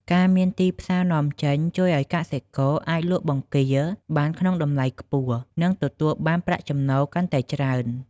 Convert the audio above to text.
ការមានទីផ្សារនាំចេញជួយឲ្យកសិករអាចលក់បង្គាបានក្នុងតម្លៃខ្ពស់ និងទទួលបានប្រាក់ចំណូលកាន់តែច្រើន។